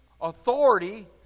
authority